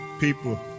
people